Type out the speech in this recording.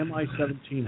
Mi-17